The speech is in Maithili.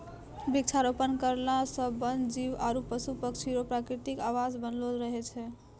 वृक्षारोपण करला से वन जीब आरु पशु पक्षी रो प्रकृतिक आवास बनलो रहै छै